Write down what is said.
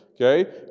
Okay